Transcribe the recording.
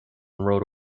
rode